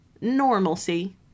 normalcy